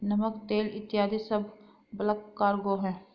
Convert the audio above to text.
नमक, तेल इत्यादी सब बल्क कार्गो हैं